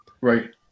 right